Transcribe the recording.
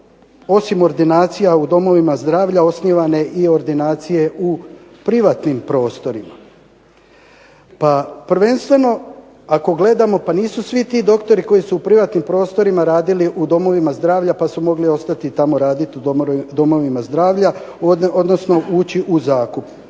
osim u ordinacijama domova zdravlja osnivane i ordinacije u privatnim prostorima? Pa prvenstveno ako gledamo pa nisu svi ti doktori koji su privatnim prostorima radili u domovima zdravlja pa su mogli ostati raditi tamo u domovina zdravlja, odnosno ući u zakup.